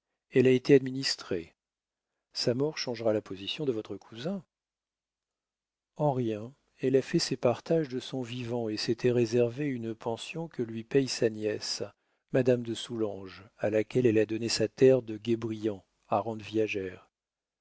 elle a été administrée sa mort changera la position de votre cousin en rien elle a fait ses partages de son vivant et s'était réservé une pension que lui paye sa nièce madame de soulanges à laquelle elle a donné sa terre de guébriant à rente viagère